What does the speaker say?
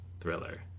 thriller